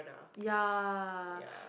ya